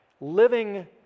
living